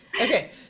Okay